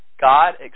God